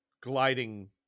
gliding